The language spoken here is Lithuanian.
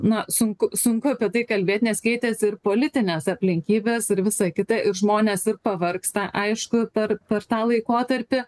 na sunku sunku apie tai kalbėt nes keitėsi ir politinės aplinkybės ir visa kita ir žmonės ir pavargsta aišku per per tą laikotarpį